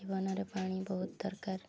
ଜୀବନରେ ପାଣି ବହୁତ ଦରକାର